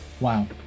Wow